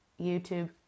YouTube